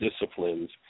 disciplines